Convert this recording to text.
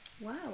Wow